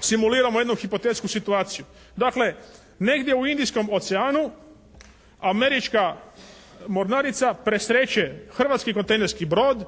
simuliramo jednu hipotetsku situaciju. Dakle, negdje u Indijskom oceanu Američka mornarica presreće hrvatski kontejnerski brod,